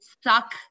suck